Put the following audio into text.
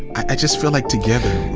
i just feel like together,